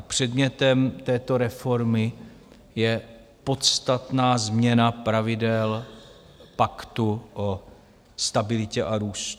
Předmětem této reformy je podstatná změna pravidel Paktu o stabilitě a růstu.